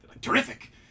terrific